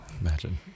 imagine